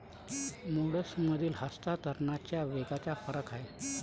मोड्समधील हस्तांतरणाच्या वेगात फरक आहे